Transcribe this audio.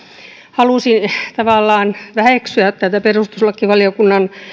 halusi tavallaan väheksyä tätä perustuslakivaliokunnan